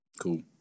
Cool